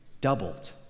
Doubled